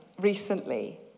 recently